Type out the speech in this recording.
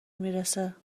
میرسه